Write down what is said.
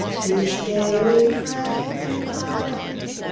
his scaly friend replied.